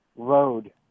road